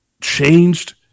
changed